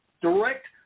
direct